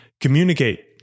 communicate